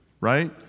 right